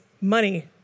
money